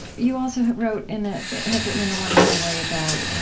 you also wrote in a have written in a wonderful way about